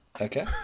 Okay